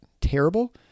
terrible